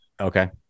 Okay